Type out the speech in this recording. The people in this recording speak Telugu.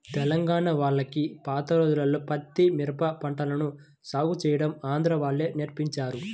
తెలంగాణా వాళ్లకి పాత రోజుల్లో పత్తి, మిరప పంటలను సాగు చేయడం ఆంధ్రా వాళ్ళే నేర్పించారు